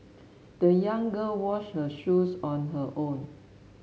the young girl washed her shoes on her own